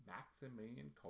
Maximilian